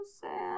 sad